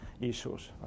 issues